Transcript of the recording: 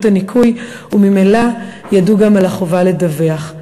הניכוי וממילא ידעו גם על החובה לדווח.